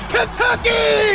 Kentucky